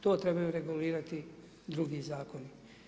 To trebaju regulirati drugi zakoni.